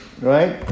Right